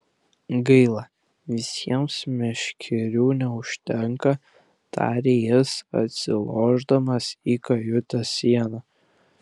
gaila visiems meškerių neužtenka tarė jis atsilošdamas į kajutės sieną